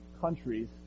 countries